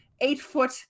eight-foot